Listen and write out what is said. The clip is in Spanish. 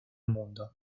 mundo